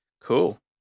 Cool